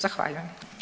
Zahvaljujem.